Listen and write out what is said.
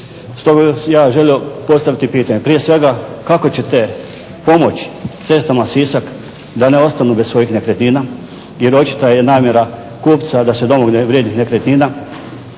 vam ja želio postaviti pitanje, prije svega kako ćete pomoći Cestama Sisak da ne ostanu bez svojih nekretnina jer očita je namjera kupca da se domogne vrijednih nekretnina.